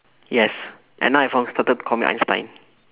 yes and now everyone started calling me einstein